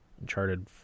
Uncharted